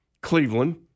Cleveland